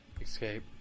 escape